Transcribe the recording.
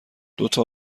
دوتا